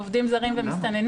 עובדים זרים ומסתננים.